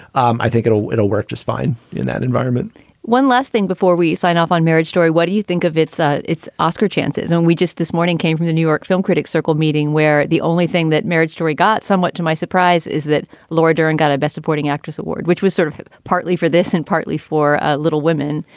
um i think it'll it'll work just fine in that environment one less. before we sign off on marriage story, what do you think of its ah its oscar chances when we just this morning came from the new york film critics circle meeting, where the only thing that marriage story got somewhat to my surprise is that laura dern got a best supporting actress award, which was sort of partly for this and partly for ah little women,